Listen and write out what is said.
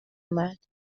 اومد